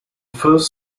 first